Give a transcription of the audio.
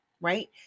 right